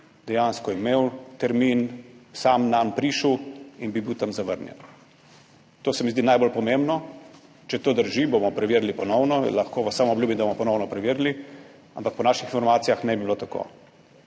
dejansko imel termin, nanj prišel in bil tam zavrnjen. To se mi zdi najbolj pomembno. Če to drži, bomo preverili ponovno, lahko vam samo obljubim, da bomo ponovno preverili, ampak po naših informacijah naj ne bi bilo tako.